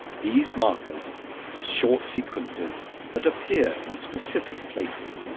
these markers short sequences that appear in specific places.